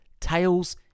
tails